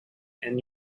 and